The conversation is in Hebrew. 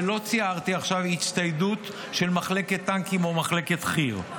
לא ציירתי עכשיו הצטיידות של מחלקת טנקים או מחלקת חי"ר.